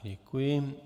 Děkuji.